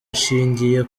ishingiye